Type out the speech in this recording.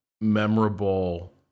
memorable